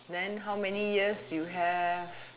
then how many years you have